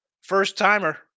first-timer